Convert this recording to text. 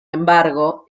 embargo